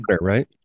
right